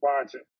watching